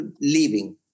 living